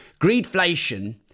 Greedflation